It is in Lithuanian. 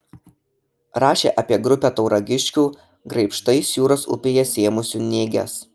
rašė apie grupę tauragiškių graibštais jūros upėje sėmusių nėges